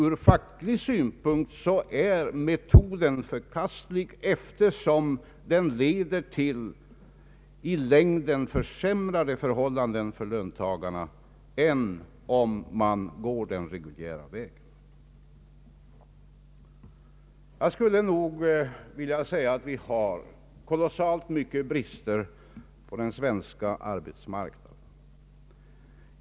Ur facklig synpunkt är metoden nämligen förkastlig, eftersom den leder till sämre förhållanden i längden för löntagarna än om man går den reguljära vägen. Jag anser att vi har kolossalt mycket brister på den svenska arbetsmarknaden.